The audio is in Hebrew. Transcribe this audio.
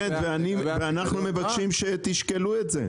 בכלל --- ואנחנו מבקשים שתשקלו את זה.